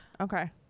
Okay